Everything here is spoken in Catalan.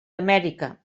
amèrica